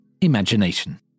imagination